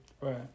Right